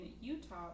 utah